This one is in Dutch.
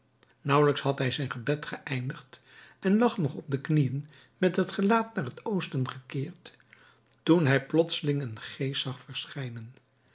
naauwelijks had hij zijn gebed geeindigd en lag nog op de knieën met het gelaat naar het oosten gekeerd toen hij plotseling een geest zag verschijnen